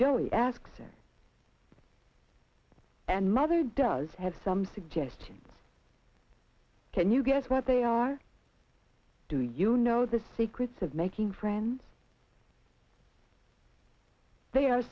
joey asks her and mother does have some suggestions can you guess what they are do you know the secrets of making friends they are